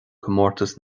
comórtas